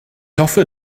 hoffe